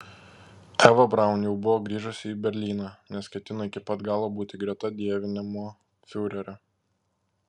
eva braun jau buvo grįžusi į berlyną nes ketino iki pat galo būti greta dievinamo fiurerio